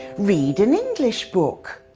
read an english book.